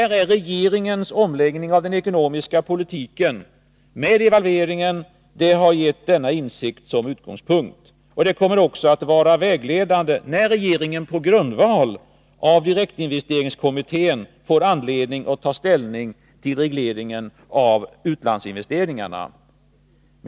Regeringens omläggning av den ekonomiska politiken med devalveringen har haft denna insikt som utgångspunkt. Detta kommer också att vara vägledande när regeringen på grundval av direktinvesteringskommittén får anledning att ta ställning till regleringen av utlandsinvesteringarna.